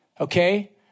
Okay